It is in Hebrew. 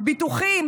ביטוחים,